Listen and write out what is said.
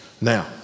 Now